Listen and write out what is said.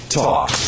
talk